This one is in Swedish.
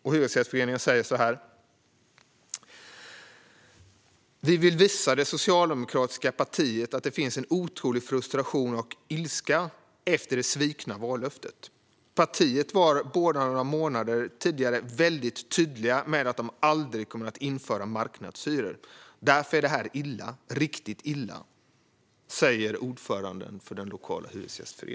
Från Hyresgästföreningen säger man så här: Vi vill visa det socialdemokratiska partiet att det finns en otrolig frustration och ilska efter det svikna vallöftet. Partiet var bara några månader tidigare väldigt tydligt med att de aldrig kommer att införa marknadshyror. Därför är det här illa, riktigt illa.